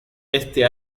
este